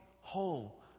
whole